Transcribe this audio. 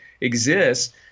exists